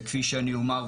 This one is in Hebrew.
וכפי שאני אומר,